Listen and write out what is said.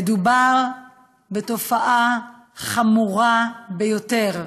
מדובר בתופעה חמורה ביותר,